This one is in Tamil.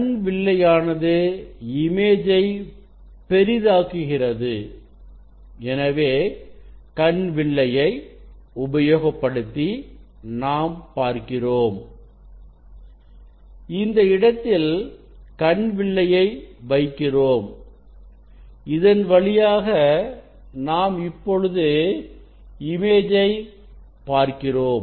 கண் வில்லை ஆனது இமேஜை பெரிதாக்குகிறது எனவே கண் வில்லையை உபயோகப்படுத்தி நாம் பார்க்கிறோம் இந்த இடத்தில் கண் வில்லையை வைக்கிறோம் இதன் வழியாக நாம் இப்பொழுது இமேஜை பார்க்கிறோம்